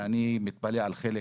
אני מתפלא על חלק